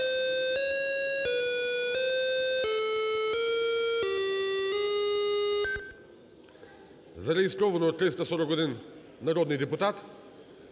Зареєстровано 341 народний депутат.